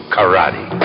Karate